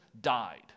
died